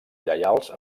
lleials